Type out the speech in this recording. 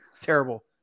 Terrible